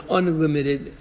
unlimited